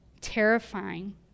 terrifying